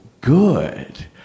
good